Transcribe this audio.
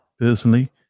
personally